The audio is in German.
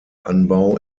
anbau